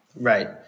right